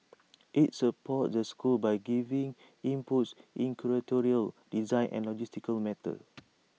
IT supports the schools by giving inputs in curatorial design and logistical matters